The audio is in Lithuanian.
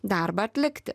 darbą atlikti